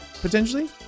potentially